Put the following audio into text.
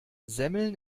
semmeln